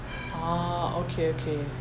ah okay okay